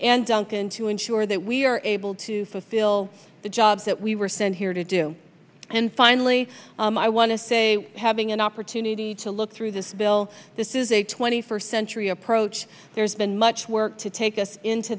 and duncan to ensure that we are able to fulfill the job that we were sent here to do and finally i want to say having an opportunity to look through this bill this is a twenty first century approach been much work to take us into